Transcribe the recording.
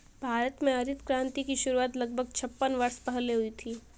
भारत में हरित क्रांति की शुरुआत लगभग छप्पन वर्ष पहले हुई थी